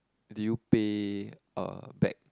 did you pay uh back